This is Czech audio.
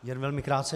Jen velmi krátce.